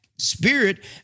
Spirit